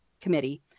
Committee